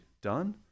Done